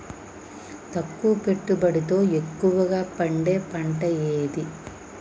తక్కువ పెట్టుబడితో ఎక్కువగా పండే పంట ఏది?